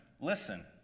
listen